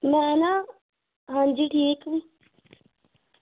ना ना आं जी ठीक